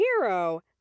hero